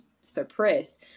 suppressed